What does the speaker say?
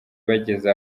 bageze